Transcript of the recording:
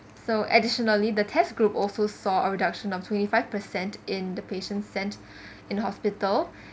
so additionally the test group also saw a reduction of twenty five percent in the patient sent in hospital